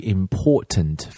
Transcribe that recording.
important